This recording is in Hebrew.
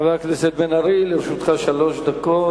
חבר הכנסת בן-ארי, לרשותך שלוש דקות.